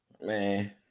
Man